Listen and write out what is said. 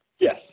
Yes